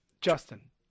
Justin